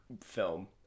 film